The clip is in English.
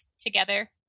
together